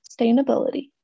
sustainability